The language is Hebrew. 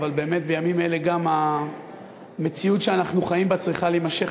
אבל גם המציאות שאנחנו חיים בה צריכה להימשך.